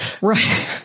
right